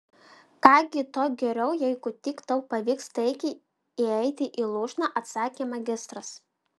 ką gi tuo geriau jeigu tik tau pavyks taikiai įeiti į lūšną atsakė magistras